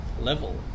level